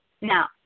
Now